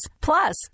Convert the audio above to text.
Plus